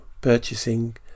purchasing